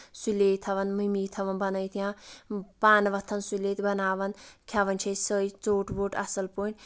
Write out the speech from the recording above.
سُلے تھاوان مٔمی تھاوان بَنٲیِتھ یا پانہٕ وۄتھان سُلے تہٕ بَناوان کھٮ۪وان چھِ أسۍ سۄے ژوٚٹ ووٚٹ اَصٕل پٲٹھۍ